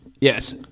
Yes